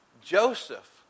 Joseph